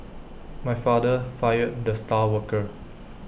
my father fired the star worker